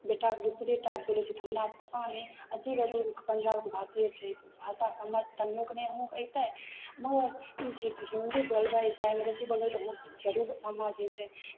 बेटाके दोसरे टाइप बोलय छै तऽ हमरा पता नहि अजीब अजीब पंजाबके भाषे छै भाषा समझ तनियोक नहि एतय मगर ई छै कि हिन्दी बोलबय चाहे अंग्रेजी बोलबय तऽ उ जरूर समझ एतय